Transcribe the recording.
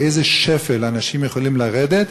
הזה יבין לאיזה שפל אנשים יכולים לרדת,